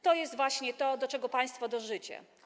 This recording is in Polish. To jest właśnie to, do czego państwo dążycie.